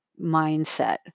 mindset